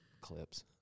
clips